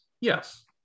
Yes